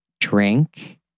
Drink